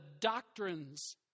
doctrines